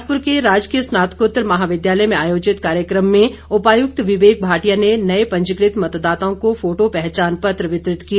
बिलासपुर के राजकीय स्नात्कोतर महाविद्यालय में आयोजित कार्यक्रम में उपायुक्त विवेक भाटिया ने नए पंजीकृत मतदाताओं को फोटो पहचानपत्र वितरित किए